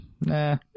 nah